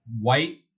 white